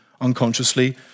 unconsciously